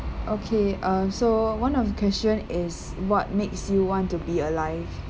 okay uh so one of the question is what makes you want to be alive